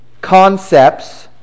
concepts